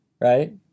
right